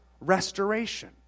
restoration